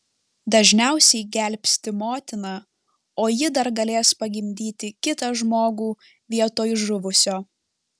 dažniausiai gelbsti motiną o ji dar galės pagimdyti kitą žmogų vietoj žuvusio